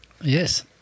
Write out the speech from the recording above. Yes